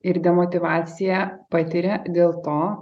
ir demotyvaciją patiria dėl to